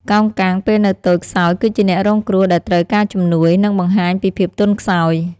កោងកាងពេលនៅតូចខ្សោយគឺជាអ្នករងគ្រោះដែលត្រូវការជំនួយ និងបង្ហាញពីភាពទន់ខ្សោយ។